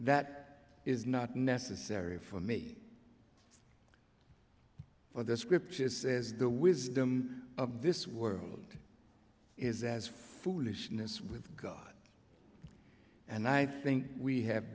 that is not necessary for me but the scripture says the wisdom of this world is as foolishness with god and i think we have